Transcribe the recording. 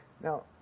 Now